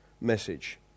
message